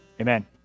amen